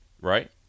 right